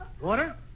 Water